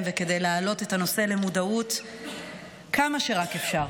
וכדי להעלות את הנושא למודעות כמה שרק אפשר.